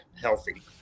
healthy